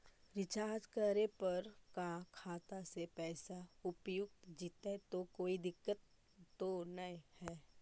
Recharge करे पर का खाता से पैसा उपयुक्त जितै तो कोई दिक्कत तो ना है?